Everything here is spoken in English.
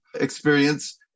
experience